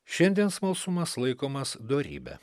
šiandien smalsumas laikomas dorybe